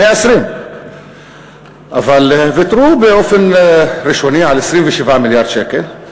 120. אבל ויתרו באופן ראשוני על 27 מיליארד שקל.